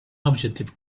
objective